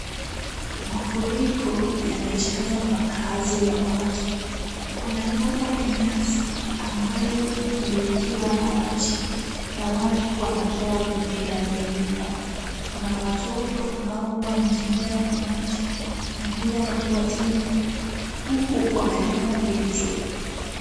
Mafuriko yamejaza makaazi ya watu. Kuna nyumba ya nyasi, ambayo imeingiwa na maji na watu wanatoa vitu ndani ya nyumba. Kuna watoto ambao wanatembea kwa maji na pia watu wazima, huku wamebeba vitu.